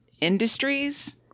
industries